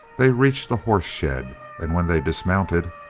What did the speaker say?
they reached a horse shed, and when they dismounted,